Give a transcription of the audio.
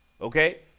Okay